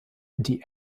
die